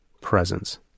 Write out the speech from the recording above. presence